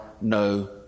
no